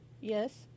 yes